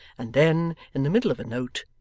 and then, in the middle of a note,